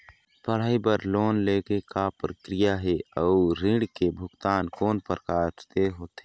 पढ़ई बर लोन ले के का प्रक्रिया हे, अउ ऋण के भुगतान कोन प्रकार से होथे?